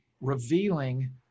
revealing